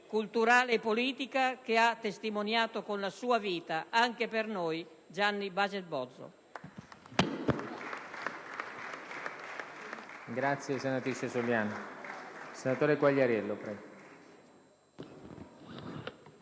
culturale e politica che ha testimoniato con la sua vita anche per noi Gianni Baget Bozzo.